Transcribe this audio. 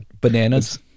Bananas